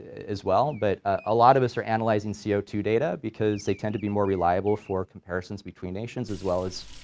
as well, but a lot of us are analyzing c o two data because they tend to be more reliable for comparisons between nations as well as